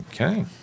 Okay